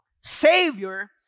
Savior